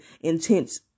intense